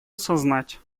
осознать